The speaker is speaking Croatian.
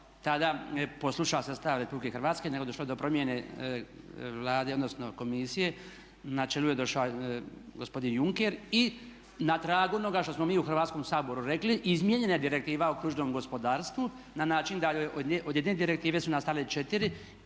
tada poslušao se stav Republike Hrvatske nego došlo je do promjene Vlade odnosno komisije, na čelu je došao gospodin Juncker i na tragu onoga što smo mi u Hrvatskom saboru rekli izmijenjena je Direktiva o kružnom gospodarstvu na način da od jedne direktive su nastale 4 i